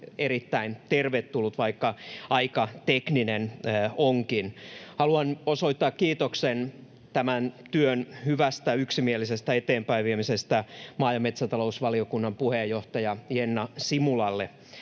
erittäin tervetullut, vaikka aika tekninen onkin. Haluan osoittaa kiitoksen tämän työn hyvästä, yksimielisestä eteenpäinviemisestä maa- ja metsätalousvaliokunnan puheenjohtaja Jenna Simulalle.